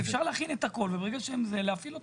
אז אפשר להכין את הכל וברגע שם זה להפעיל אותו.